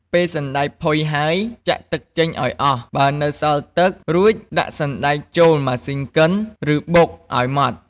ពេលសណ្ដែកផុយហើយ ចាក់ទឹកចេញឱ្យអស់ បើនៅសល់ទឹក រួចដាក់សណ្ដែកចូលម៉ាស៊ីនកិន ឬបុក ឱ្យម៉ដ្ឋ។